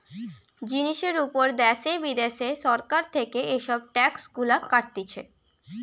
জিনিসের উপর দ্যাশে বিদ্যাশে সরকার থেকে এসব ট্যাক্স গুলা কাটতিছে